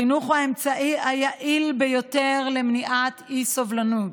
חינוך הוא האמצעי היעיל ביותר למניעת אי-סובלנות.